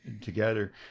together